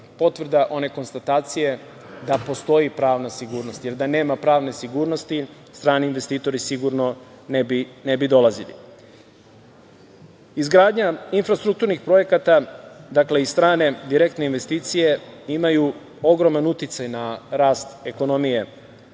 potvrda one konstatacije da postoji pravna sigurnost, jer da nema pravne sigurnosti strani investitori sigurno ne bi dolazili. Izgradnja infrastrukturnih projekata, dakle i strane direktne investicije imaju ogroman uticaj na rast ekonomije.